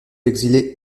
exilé